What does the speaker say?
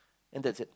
and that's it